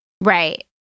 Right